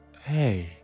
hey